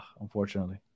Unfortunately